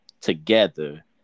together